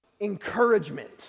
encouragement